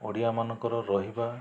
ଓଡ଼ିଆମାନଙ୍କର ରହିବା